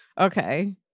Okay